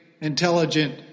intelligent